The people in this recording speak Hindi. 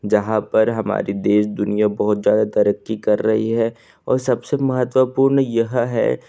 जहाँ पर हमारी देश दुनिया बहुत ज़्यादा तरक्की रही है और सबसे महत्वपूर्ण यह है